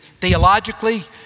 theologically